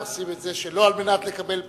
עושים את זה שלא על מנת לקבל פרס,